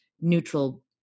neutral